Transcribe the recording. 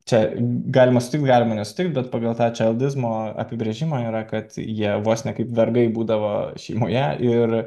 čia galima sutikt galima nesutikt bet pagal tą čeldizmo apibrėžimą yra kad jie vos ne kaip vergai būdavo šeimoje ir